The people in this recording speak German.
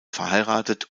verheiratet